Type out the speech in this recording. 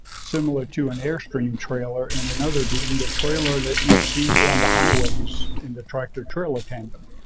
similar to an airstream trailer and another being the trailer that you see on the highways in the tractor trailer tandem.